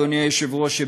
אדוני היושב-ראש,